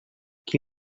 qui